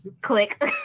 Click